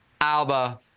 Alba